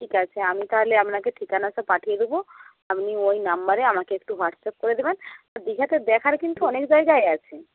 ঠিক আছে আমি তাহলে আপনাকে ঠিকানাটা পাঠিয়ে দেব আপনি ওই নাম্বারে আমাকে একটু হোয়াটসঅ্যাপ করে দেবেন দীঘাতে দেখার কিন্তু অনেক জায়গাই আছে